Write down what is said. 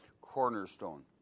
cornerstone